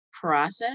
Process